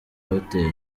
hotel